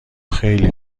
خیلی